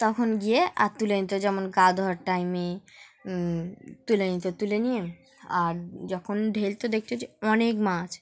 তখন গিয়ে আর তুলে নিত যেমন গা ধোয়ার টাইমে তুলে নিত তুলে নিয়ে আর যখন ঢালতো দেখত যে অনেক মাছ